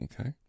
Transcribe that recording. okay